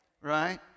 right